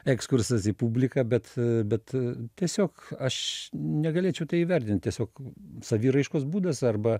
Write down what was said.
ekskursas į publiką bet bet tiesiog aš negalėčiau tai įvertint tiesiog saviraiškos būdas arba